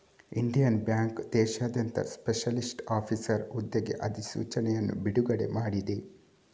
Indian Bank ದೇಶಾದ್ಯಂತ specialist officer ಹುದ್ದೆಗೆ ಅಧಿಸೂಚನೆಯನ್ನು ಬಿಡುಗಡೆ ಮಾಡಿದೆ